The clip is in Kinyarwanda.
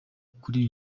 kuri